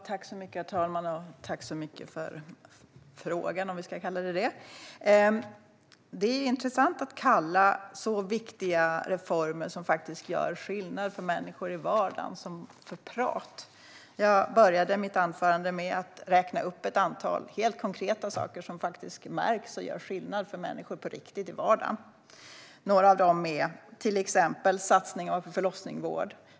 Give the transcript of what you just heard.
Herr talman! Tack för frågan, om vi ska kalla den det! Det är intressant att kalla viktiga reformer som faktiskt gör skillnad för människor i vardagen för prat. Jag började mitt anförande med att räkna upp ett antal helt konkreta saker som faktiskt märks och på riktigt gör skillnad för människor i vardagen. Det handlar till exempel om satsningar på förlossningsvården.